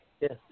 Yes